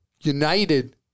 united